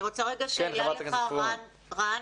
אני רוצה רגע שאלה לך, רן.